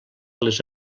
les